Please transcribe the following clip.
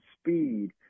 speed